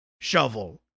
shovel